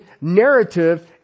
narrative